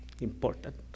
important